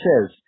says